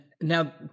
now